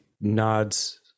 nods